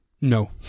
No